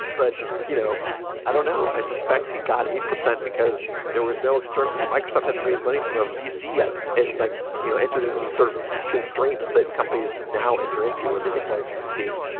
but you know i don't know. i suspect he got eight percent because there was no external microsoft hadn't raised money from a vc yet, and like you know entered into a sort of constraints that companies now enter into when they take money from vcs